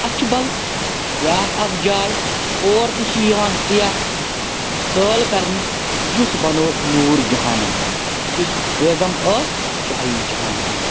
اَچھٕ بَل چھِ بیٛاکھ اَکھ جاے اور تہِ چھِ یِوان سِیاح سٲل کَرنہِ یُس بَنوٚو نوٗر جہانَن یُس بیگَم ٲس شاہی جَہان سٕنٛز